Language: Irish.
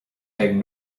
beidh